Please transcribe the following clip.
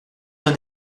d’un